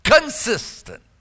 consistent